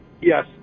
Yes